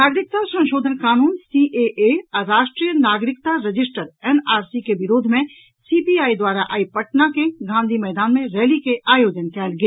नागरिकता संशोधन कानून सीएए आ राष्ट्रीय नागरिकता रजिस्टर एनआरसी के विरोध मे सीपीआई द्वारा आई पटना के गांधी मैदान मे रैली के आयोजन कयल गेल